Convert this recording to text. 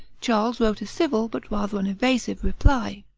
charles wrote a civil but rather an evasive reply.